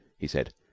he said.